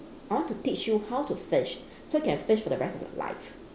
I want to teach you how to fish so you can fish for the rest of your life